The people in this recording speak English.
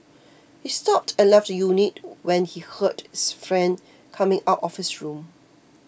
he stopped and left the unit when he heard his friend coming out of his room